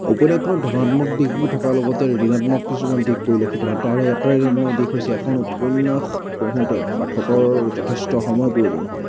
উপন্যাসখনত ধনাত্মক দিশবোৰ থকাৰ লগতে ঋণাত্মক কিছুমান দিশ পৰিলক্ষিত হয় তাৰে এটা ঋণাত্মক দিশ হৈছে এখন উপন্যাস পঢ়োঁতে পাঠকৰ যথেষ্ট সময় প্ৰয়োজন হয়